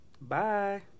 Bye